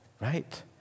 Right